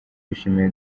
bishimiye